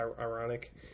Ironic